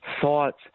thoughts